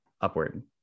Upward